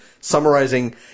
summarizing